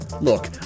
Look